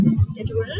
schedule